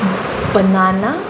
banana